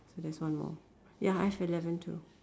so there's one more ya I've eleven too